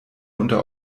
unter